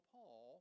Paul